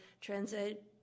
transit